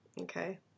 Okay